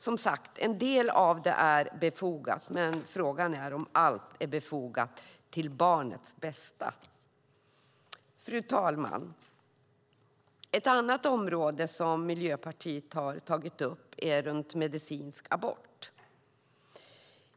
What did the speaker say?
En del av skillnaderna är befogade, men frågan är om alla skillnader är befogade med tanke på barnets bästa. Fru talman! Ett annat område som Miljöpartiet har tagit upp gäller medicinsk abort.